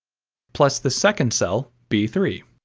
plus the second cell, b three.